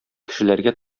кешеләргә